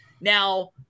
Now